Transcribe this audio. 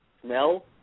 smell